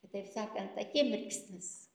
kitaip sakant akimirksnis